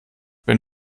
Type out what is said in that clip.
wenn